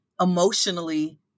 emotionally